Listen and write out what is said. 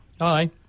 Hi